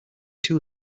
two